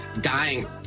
dying